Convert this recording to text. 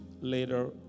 later